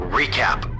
recap